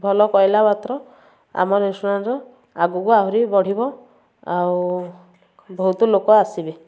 ଭଲ ପାଇଲା ମାତ୍ର ଆମ ରେଷ୍ଟୁରାଣ୍ଟର ଆଗକୁ ଆହୁରି ବଢ଼ିବ ଆଉ ବହୁତ ଲୋକ ଆସିବେ